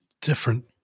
different